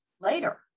later